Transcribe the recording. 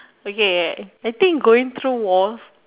okay I think going through walls